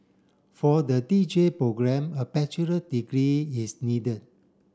for the D J programme a bachelor degree is needed